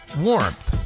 warmth